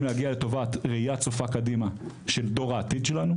להגיע לטובת ראייה צופה קדימה של דור העתיד שלנו,